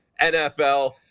NFL